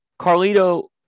Carlito